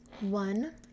one